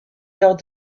lors